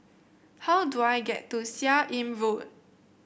how do I get to Seah Im Road